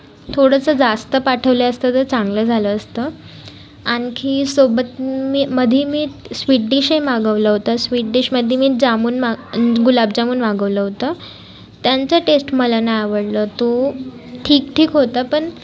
थोडंसं जास्त पाठवले असते तर चांगलं झालं असतं आणखी सोबतमधी मी स्वीट डिशही मागवलं होतं स्वीट डिशमधी मी जामून गुलाबजामून मागवलं होतं त्यांचं टेस्ट मला नाही आवडलं तो ठीक ठीक होतं पण